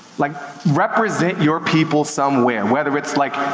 like represent your people somewhere. and whether it's, like,